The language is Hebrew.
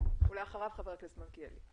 ואחריו ח"כ מלכיאלי.